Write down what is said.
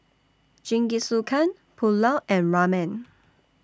Jingisukan Pulao and Ramen